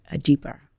deeper